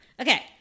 Okay